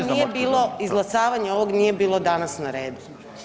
Ovo nije bilo izglasavanje ovog nije bilo danas na redu.